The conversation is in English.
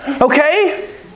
Okay